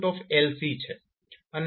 5 મળશે